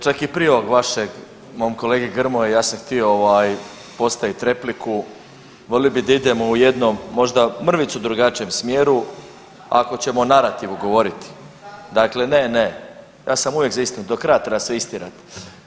Čak i prije ovog vašeg mom kolegi Grmoji ja sam htio postavit repliku, volio bi da idemo u jednom možda mrvicu drugačijem smjeru ako ćemo o narativu govoriti ... [[Upadica se ne razumije.]] ne, ne ja sam uvijek za istinu, do kraja treba sve istjerat.